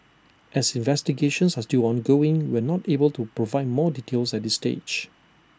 as investigations are still ongoing we are not able to provide more details at this stage